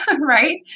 right